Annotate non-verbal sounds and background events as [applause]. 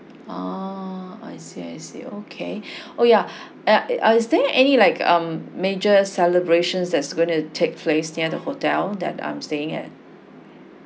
oh I see I see okay [breath] oh yeah uh is there any like um major celebrations that's gonna take place near the hotel that I'm staying at